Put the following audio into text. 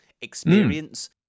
experience